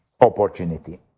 opportunity